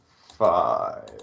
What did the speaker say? Five